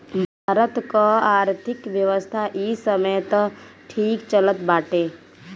भारत कअ आर्थिक व्यवस्था इ समय तअ ठीक चलत बाटे